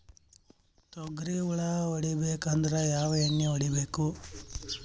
ತೊಗ್ರಿ ಹುಳ ಹೊಡಿಬೇಕಂದ್ರ ಯಾವ್ ಎಣ್ಣಿ ಹೊಡಿಬೇಕು?